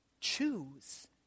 Choose